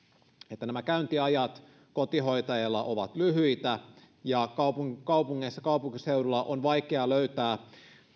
että nämä kotihoitajien käyntiajat ovat lyhyitä ja kaupungeissa kaupunkiseudulla on vaikeaa löytää